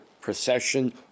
Procession